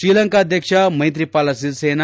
ಶ್ರೀಲಂಕಾ ಅಧ್ಯಕ್ಷ ಮೈತ್ರಿಪಾಲ ಸಿರಿಸೇನ